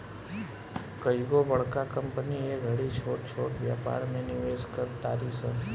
कइगो बड़का कंपनी ए घड़ी छोट छोट व्यापार में निवेश कर तारी सन